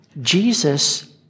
Jesus